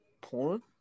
Porn